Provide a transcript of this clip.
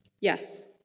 Yes